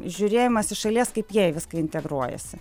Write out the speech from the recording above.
žiūrėjimas iš šalies kaip jie į viską integruojasi